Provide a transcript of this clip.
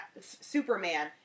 Superman